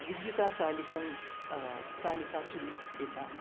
विद्युतचालिता चालिता चालिता चुल्लिः एषा